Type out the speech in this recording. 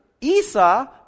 Esau